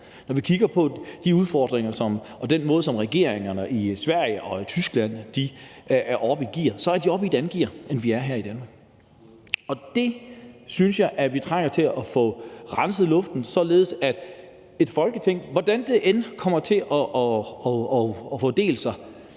Når vi kigger på de udfordringer, der er, og den måde, som regeringerne i Sverige og i Tyskland er oppe i gear på, så er de oppe i et andet gear, end vi er her i Danmark. Og der synes jeg, vi trænger til at få renset luften, således at et Folketing, hvordan det end kommer til at fordele sig